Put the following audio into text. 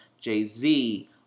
Jay-Z